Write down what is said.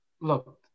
look